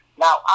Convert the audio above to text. Now